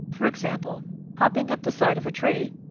for example hopping up the side of a tree,